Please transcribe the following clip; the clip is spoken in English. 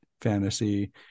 fantasy